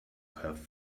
have